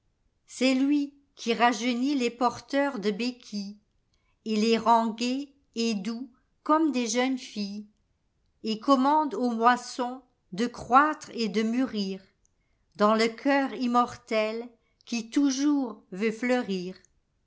est lui qui rajeunit les porteurs de béquilleset les rend gais et doux comme des jeunes filles et commande aux moissons de croître et de mûrirdans le cœur immortel qui toujours veut fleurir